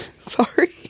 Sorry